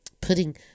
putting